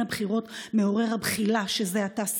הבחירות מעורר הבחילה שזה עתה סיימנו.